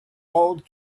old